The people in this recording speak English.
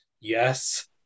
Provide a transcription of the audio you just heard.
Yes